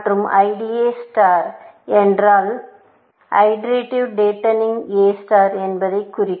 மற்றும் IDA star என்றாள் interactive deepening A star என்பதை குறிக்கும்